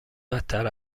بدتر